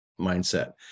mindset